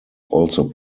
also